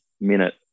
minute